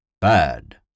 Bad